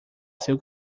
seu